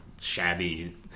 shabby